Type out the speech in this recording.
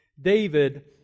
David